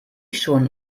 schon